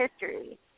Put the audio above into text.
history